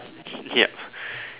yup